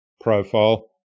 profile